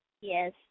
Yes